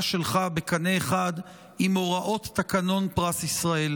שלך בקנה אחד עם הוראות תקנון פרס ישראל?